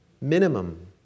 Minimum